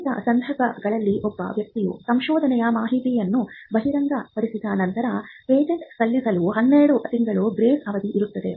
ಸೀಮಿತ ಸಂದರ್ಭಗಳಲ್ಲಿ ಒಬ್ಬ ವ್ಯಕ್ತಿಯು ಸಂಶೋಧನೆಯ ಮಾಹಿತಿಯನ್ನು ಬಹಿರಂಗಪಡಿಸಿದ ನಂತರ ಪೇಟೆಂಟ್ ಸಲ್ಲಿಸಲು ಹನ್ನೆರಡು ತಿಂಗಳ ಗ್ರೇಸ್ ಅವಧಿ ಇರುತ್ತದೆ